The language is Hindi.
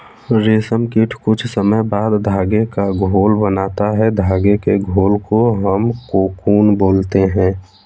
रेशम कीट कुछ समय बाद धागे का घोल बनाता है धागे के घोल को हम कोकून बोलते हैं